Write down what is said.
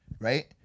right